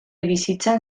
bizitzan